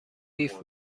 بیف